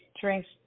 drinks